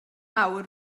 nawr